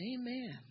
Amen